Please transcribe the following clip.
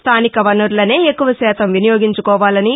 స్థానిక వనరులనే ఎక్కువ శాతం వినియోగించుకోవాలని